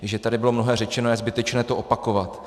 Takže tady bylo mnohé řečeno a je zbytečné to opakovat.